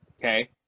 Okay